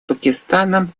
пакистаном